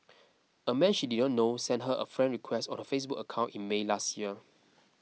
a man she did not know sent her a friend request on her Facebook account in May last year